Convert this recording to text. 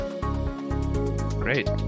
Great